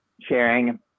sharing